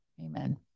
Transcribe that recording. Amen